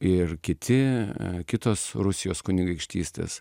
ir kiti kitos rusijos kunigaikštystės